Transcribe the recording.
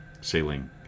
sailing